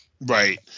Right